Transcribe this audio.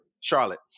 charlotte